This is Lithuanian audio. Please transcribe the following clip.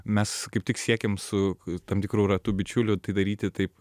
mes kaip tik siekėm su tam tikru ratu bičiulių tai daryti taip